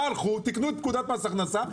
הלכו ותיקנו את פקודת מס הכנסה,